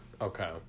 Okay